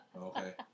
Okay